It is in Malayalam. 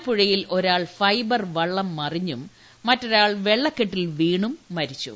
ആലപ്പുഴയിൽ ഒരാൾ ഐഫൈബർ വള്ളം മറിഞ്ഞും മറ്റൊരാൾ വെള്ളകെട്ടിൽ വീണും മരിച്ചു